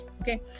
okay